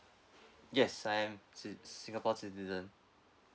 yes I'm si~ singapore citizen